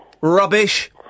Rubbish